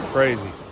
Crazy